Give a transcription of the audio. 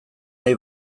nahi